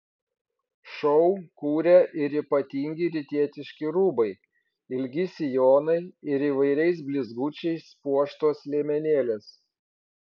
šou kuria ir ypatingi rytietiški rūbai ilgi sijonai ir įvairiais blizgučiais puoštos liemenėlės